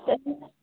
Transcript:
तऽ